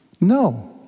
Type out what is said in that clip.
No